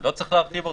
לא צריך להרחיב אותה?